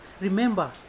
Remember